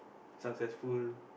successful